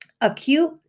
Acute